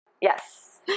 Yes